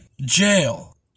jail